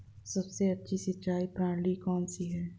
सबसे अच्छी सिंचाई प्रणाली कौन सी है?